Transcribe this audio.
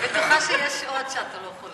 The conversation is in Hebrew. אני בטוחה שיש עוד שאתה לא,